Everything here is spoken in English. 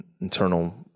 internal